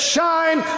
shine